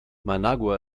managua